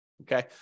Okay